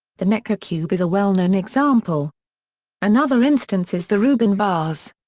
the necker cube is a well-known example another instance is the rubin vase.